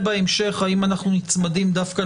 "הממונה" מי שמתקיימים בו תנאי הכשירות להתמנות